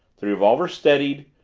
the revolver steadied,